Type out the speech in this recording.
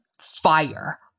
fire